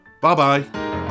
bye-bye